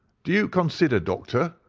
do you consider, doctor,